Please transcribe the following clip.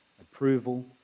approval